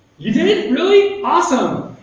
you did? really? awesome!